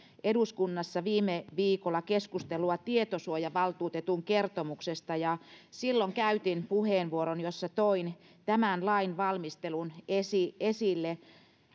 eduskunnassa viime viikolla keskustelua tietosuojavaltuutetun kertomuksesta ja silloin käytin puheenvuoron jossa toin tämän lain valmistelun esille